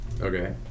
Okay